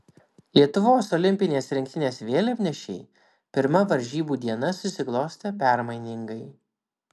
lietuvos olimpinės rinktinės vėliavnešei pirma varžybų diena susiklostė permainingai